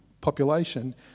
population